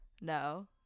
no